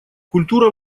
культура